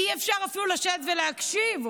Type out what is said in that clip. אי-אפשר אפילו לשבת ולהקשיב.